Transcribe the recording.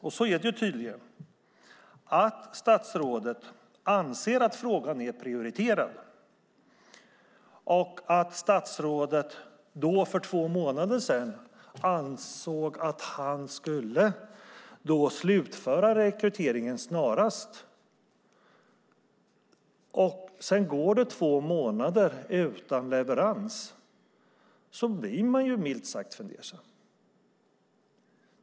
Om statsrådet anser att frågan är prioriterad, och så är det tydligen, och för två månader sedan ansåg att han skulle slutföra rekryteringen snarast, och det sedan går två månader utan leverans blir man milt sagt fundersam.